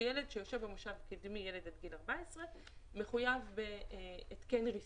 שילד עד גיל 14 שיושב במושב הקדמי מחויב בהתקן ריסון.